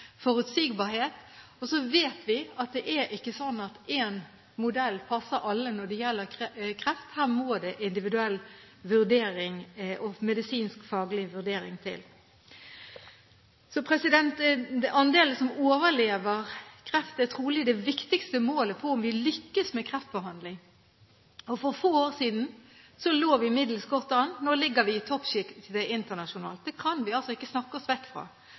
forutsigbarhet, og så vet vi at det er ikke slik at én modell passer alle når det gjelder kreft. Her må det individuell, medisinskfaglig vurdering til. Andelen som overlever kreft, er trolig det viktigste målet på om vi lykkes med kreftbehandling. For få år siden lå vi middels godt an. Nå ligger vi i toppsjiktet internasjonalt. Det kan vi altså ikke snakke oss vekk fra.